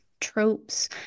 tropes